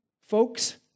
folks